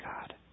God